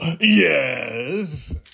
yes